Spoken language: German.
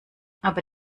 aber